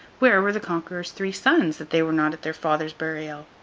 where were the conqueror's three sons, that they were not at their father's burial?